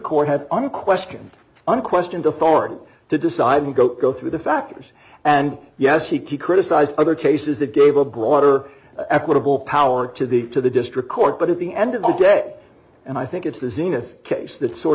court had unquestioned unquestioned authority to decide who go go through the factors and yes he criticized other cases that gave a broader equitable power to the to the district court but at the end of the day and i think it's the zenith case that sort